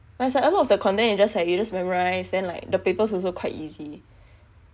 but it's like a lot of the content you just like you just memorize and like the papers also quite easy